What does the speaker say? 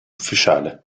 ufficiale